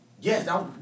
Yes